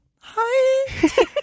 Hi